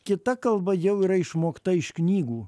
kita kalba jau yra išmokta iš knygų